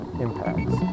impacts